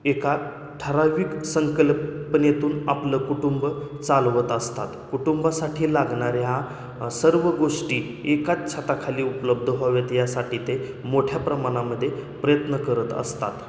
एका ठराविक संकल्पनेतून आपलं कुटुंब चालवत असतात कुटुंबासाठी लागणाऱ्या ह्या सर्व गोष्टी एकाच छताखाली उपलब्ध व्हावेत यासाठी ते मोठ्या प्रमाणामध्ये प्रयत्न करत असतात